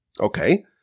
Okay